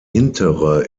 hintere